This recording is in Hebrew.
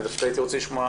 הייתי רוצה לשמוע